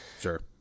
sure